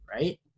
right